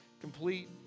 complete